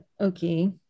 Okay